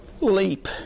leap